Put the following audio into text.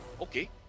okay